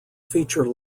feature